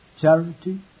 charity